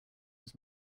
was